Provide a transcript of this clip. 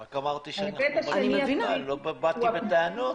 רק אמרתי שאנחנו --- לא באתי בטענות.